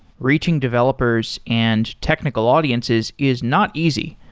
reaching developers and technical audiences is not easy,